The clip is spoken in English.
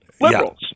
liberals